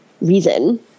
reason